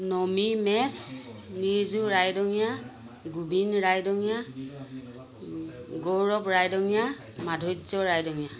Nami Mech Nirju Raidongia Gobin Raidongia Gaurav Raidongia Madhurya Raidongia